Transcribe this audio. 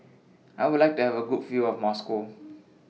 I Would like to Have A Good View of Moscow